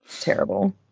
terrible